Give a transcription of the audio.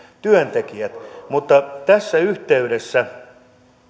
työntekijät mutta tässä yhteydessä